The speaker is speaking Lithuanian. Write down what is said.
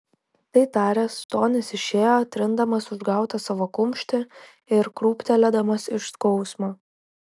tai taręs tonis išėjo trindamas užgautą savo kumštį ir krūptelėdamas iš skausmo